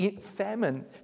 Famine